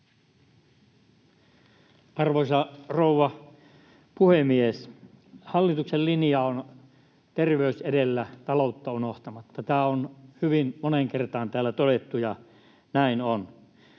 Arvoisa rouva puhemies! Hallituksen linja on ”terveys edellä taloutta unohtamatta” — tämä on hyvin moneen kertaan täällä todettu, ja näin on.